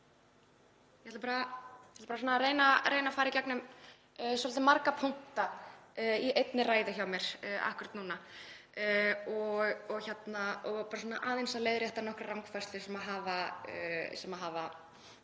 Ég ætla bara að reyna að fara í gegnum svolítið marga punkta í einni ræðu og aðeins að leiðrétta nokkrar rangfærslur sem hafa